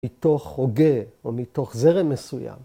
‫מתוך הוגה או מתוך זרם מסוים.